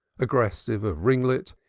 aggressive of ringlet,